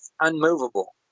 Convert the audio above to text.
unmovable